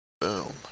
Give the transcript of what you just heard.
boom